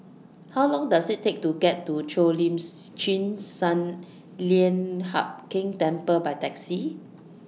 How Long Does IT Take to get to Cheo Lim Chin Sun Lian Hup Keng Temple By Taxi